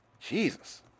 Jesus